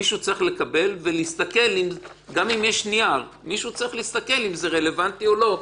מישהו צריך להסתכל אם זה רלוונטי או לא.